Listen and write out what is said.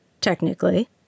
technically